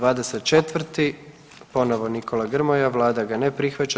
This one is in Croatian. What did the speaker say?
24. ponovo Nikola Grmoja, Vlada ne prihvaća.